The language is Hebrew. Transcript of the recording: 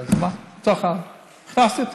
הכנסתי אותו.